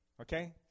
Okay